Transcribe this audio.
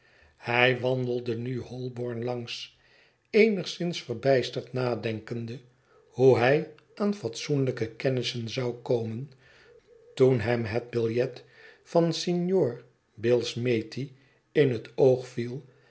hij wandeldenu holborn langs eenigszins verbijsterd nadenkende hoe hij aan fatsoenlijke kennissen zou komen toen hem hetbiljet van signor billsmethi in het oog viel